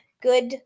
Good